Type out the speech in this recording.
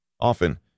Often